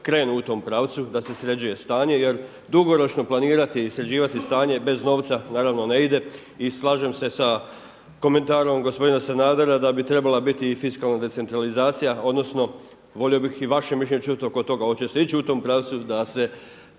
da se sređuje stanje jer dugoročno planirati i sređivati stanje bez novca naravno ne ide. I slažem se komentarom gospodina Sanadera da bi trebala biti i fiskalna decentralizacija odnosno volio bih i vaše mišljenje čuti oko toga oće se ići u tom pravcu da se dio